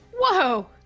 Whoa